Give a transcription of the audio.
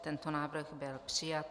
Tento návrh byl přijat.